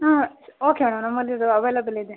ಹಾಂ okay madam ನಮ್ಮಲ್ಲಿ ಇದು ಅವೈಲೆಬಲ್ ಇದೆ